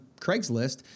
Craigslist